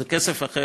זה כסף אחר,